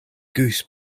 goose